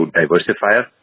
diversifier